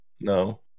no